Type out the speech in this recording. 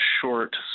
short